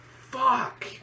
fuck